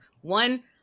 one